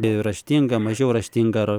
ir raštinga mažiau raštinga ar